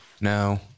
No